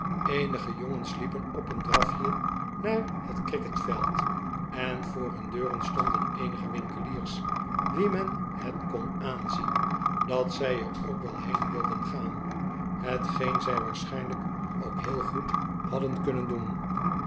eenige jongens liepen op een drafje naar het cricketveld en voor hun deuren stonden eenige winkeliers wien men het kon aanzien dat zij er ook wel heen wilden gaan hetgeen zij waarschijnitjk ook heel goed hadden kunnen doen